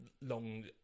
long